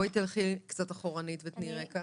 בואי תלכי קצת אחורנית ותני רקע.